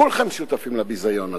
כולכם שותפים לביזיון הזה.